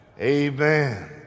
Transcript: Amen